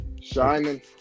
Shining